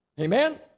Amen